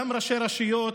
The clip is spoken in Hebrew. הגיעו גם ראשי רשויות,